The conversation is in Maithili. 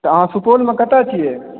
तऽ अहाँ सुपौलमे कतऽ छियै